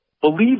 Believe